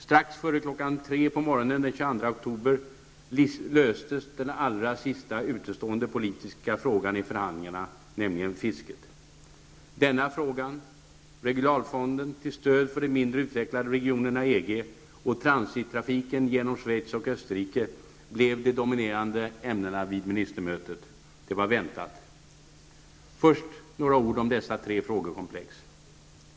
Strax före kl. 03.00 på morgonen den 22 oktober löstes den allra sista återstående politiska frågan i förhandlingarna -- fisket. Denna fråga, regionalfonden till stöd för de mindre utvecklade regionerna i EG och transittrafiken genom Schweiz och Österrike blev de dominerande ämnena vid ministermötet. Det var väntat. Först några ord om dessa tre frågekomplex.